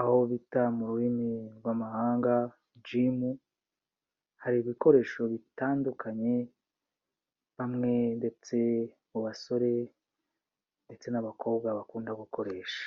aho bita mu rurimi rw'amahanga gimu, hari ibikoresho bitandukanye bamwe ndetse mu basore ndetse n'abakobwa bakunda gukoresha.